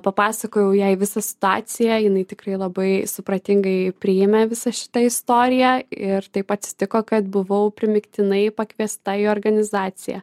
papasakojau jai visą situaciją jinai tikrai labai supratingai priėmė visą šitą istoriją ir taip atsitiko kad buvau primygtinai pakviesta į organizaciją